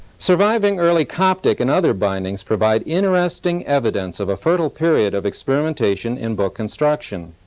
surviving early coptic and other bindings provide interesting evidence of a fertile period of experimentation in book construction.